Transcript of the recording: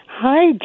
Hi